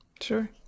Sure